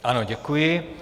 Ano, děkuji.